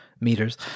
meters